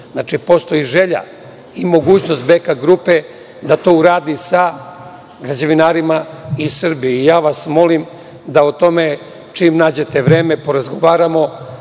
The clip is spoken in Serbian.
posao. Postoji želja i mogućnost BK grupe da to uradi sa građevinarima iz Srbije. Ja vas molim da o tome, čim nađete vreme, porazgovaramo